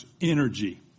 energy